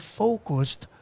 focused